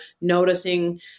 noticing